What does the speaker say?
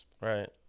Right